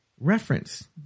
reference